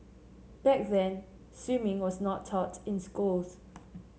back then swimming was not taught in schools